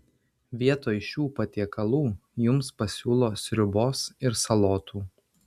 vietoj šių patiekalų jums pasiūlo sriubos ir salotų